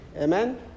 Amen